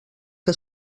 que